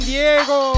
Diego